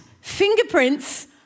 fingerprints